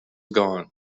gone